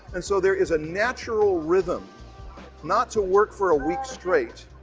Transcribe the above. and so there is a natural rhythm not to work for a week straight,